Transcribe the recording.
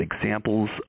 examples